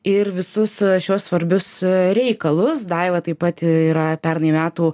ir visus šiuos svarbius reikalus daiva taip pat yra pernai metų